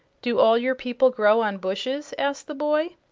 do all your people grow on bushes? asked the boy.